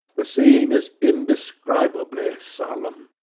the scene is indescribably solemn.